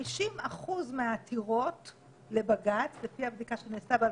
50% מהעתירות לבג"ץ, לפי בדיקה שנעשתה ב-2018,